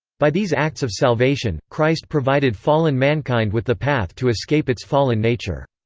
by these acts of salvation, christ provided fallen mankind with the path to escape its fallen nature.